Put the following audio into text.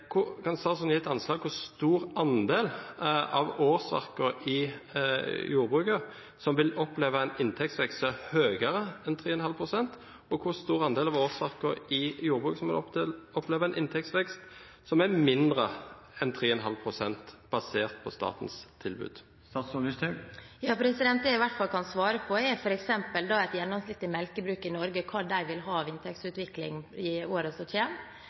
Kan statsråden gi et anslag på hvor stor andel av årsverkene i jordbruket som vil oppleve en inntektsvekst som er høyere enn 3,5 pst., og hvor stor andel av årsverkene i jordbruket som opplever en inntektsvekst som er mindre enn 3,5 pst., basert på statens tilbud? Det jeg i hvert fall kan svare på, er f.eks. hva et gjennomsnittlig melkebruk i Norge med 24 kuer vil ha av inntektsutvikling i årene som